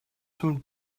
some